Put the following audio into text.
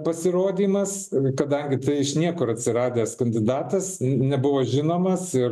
pasirodymas kadangi tai iš niekur atsiradęs kandidatas nebuvo žinomas ir